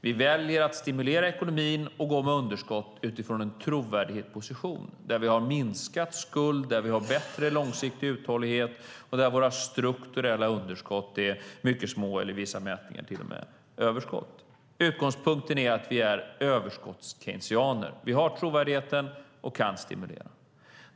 Vi väljer att stimulera ekonomin och gå med underskott utifrån en trovärdighetsposition där vi har minskat skulden, där vi har bättre långsiktig uthållighet och där våra strukturella underskott är mycket små eller i vissa mätningar till och med är överskott. Utgångspunkten är att vi är överskotts-keynesianer. Vi har trovärdigheten och kan stimulera.